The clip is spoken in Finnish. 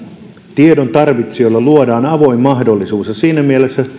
tiedon tarvitsijoille luodaan avoin mahdollisuus siinä mielessä